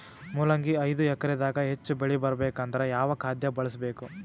ಮೊಲಂಗಿ ಐದು ಎಕರೆ ದಾಗ ಹೆಚ್ಚ ಬೆಳಿ ಬರಬೇಕು ಅಂದರ ಯಾವ ಖಾದ್ಯ ಬಳಸಬೇಕು?